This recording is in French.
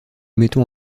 mettons